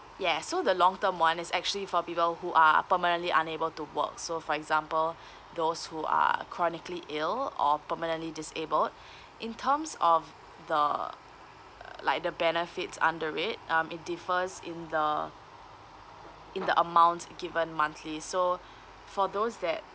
yeah so the long term one is actually for people who are permanently unable to work so for example those who are chronically ill or permanently disabled in terms of the like the benefits under it um it differs in the in the amount given monthly so for those that